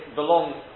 belongs